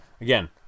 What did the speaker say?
Again